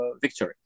victory